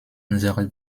unsere